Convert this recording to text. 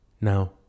Now